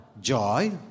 Joy